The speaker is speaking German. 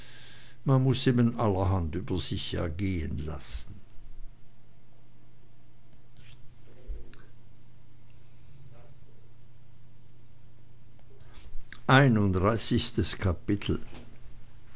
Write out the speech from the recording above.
man muß eben allerhand über sich ergehen lassen einunddreißigstes kapitel